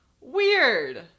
weird